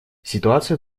ситуация